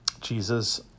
Jesus